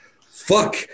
fuck